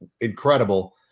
incredible